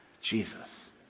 Jesus